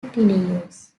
pineios